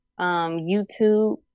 YouTube